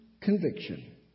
conviction